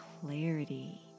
clarity